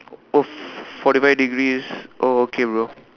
oh f~ forty five degrees oh okay bro